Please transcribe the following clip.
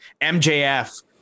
MJF